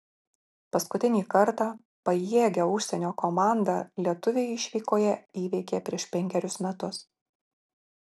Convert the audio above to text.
paskutinį kartą pajėgią užsienio komandą lietuviai išvykoje įveikė prieš penkerius metus